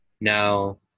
Now